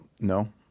No